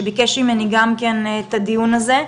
שביקש ממני גם כן את הדיון הזה,